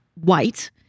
white